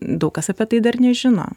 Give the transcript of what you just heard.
daug kas apie tai dar nežino